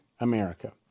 America